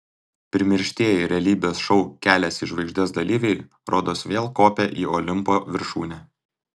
primirštieji realybės šou kelias į žvaigždes dalyviai rodos vėl kopia į olimpo viršūnę